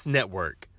Network